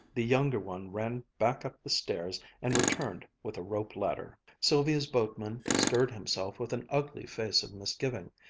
the younger one ran back up the stairs, and returned with a rope ladder. sylvia's boatman stirred himself with an ugly face of misgiving.